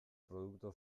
produktu